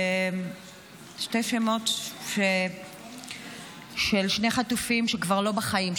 שני שמות של שני חטופים שכבר לא בחיים,